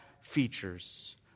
features